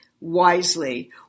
wisely